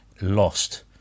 lost